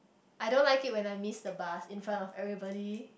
I don't like it when I miss the bus in front of everybody